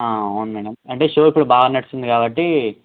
అవును మేడమ్ అంటే షో ఇప్పుడు బాగా నడిచింది కాబట్టి